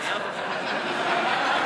חבר הכנסת אלקין כנראה